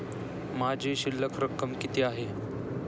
माझी शिल्लक रक्कम किती आहे?